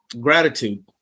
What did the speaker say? Gratitude